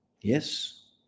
yes